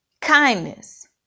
Kindness